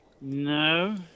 No